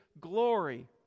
glory